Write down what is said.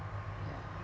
yeah